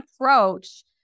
approach